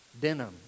Denim